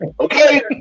Okay